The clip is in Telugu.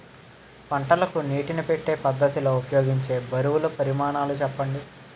పంటలకు నీటినీ పెట్టే పద్ధతి లో ఉపయోగించే బరువుల పరిమాణాలు చెప్పండి?